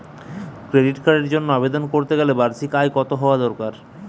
Credit কার্ডের জন্য আবেদন করতে গেলে বার্ষিক আয় কত হওয়া দরকার?